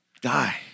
die